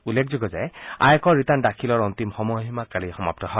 উল্লেখযোগ্য যে আয়কৰ ৰিটাৰ্ণ দাখিলৰ অন্তিম সময়সীমা কালি সমাপ্ত হয়